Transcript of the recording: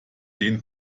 den